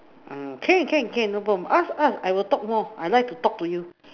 um can can can no problem ask ask I will talk more I like to talk to you